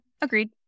agreed